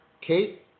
Kate